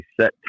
set